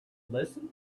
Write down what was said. listen